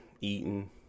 eating